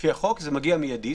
לפי החוק זה מגיע מידית.